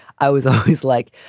i was like,